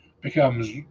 becomes